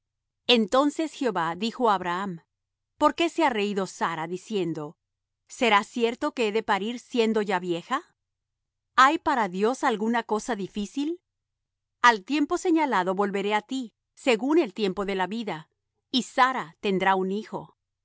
entonces jehová dijo á abraham por qué se ha reído sara diciendo será cierto que he de parir siendo ya vieja hay para dios alguna cosa difícil al tiempo señalado volveré á ti según el tiempo de la vida y sara tendrá un hijo